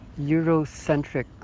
Eurocentric